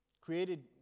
created